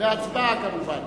בהצבעה כמובן.